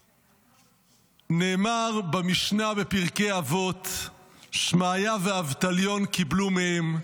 נאמר במשנה בפרקי אבות: "שמעיה ואבטליון קבלו מהם.